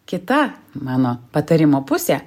kita mano patarimo pusė